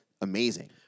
amazing